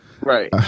Right